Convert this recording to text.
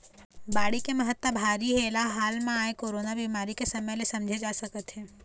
बाड़ी के महत्ता भारी हे एला हाले म आए कोरोना बेमारी के समे ले समझे जा सकत हे